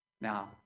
Now